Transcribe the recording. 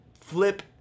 flip